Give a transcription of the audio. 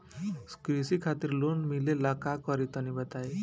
कृषि खातिर लोन मिले ला का करि तनि बताई?